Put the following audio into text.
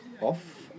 Off